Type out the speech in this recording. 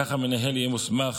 כך, המנהל יהיה מוסמך